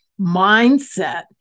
mindset